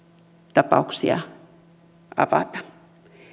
tapauksia avata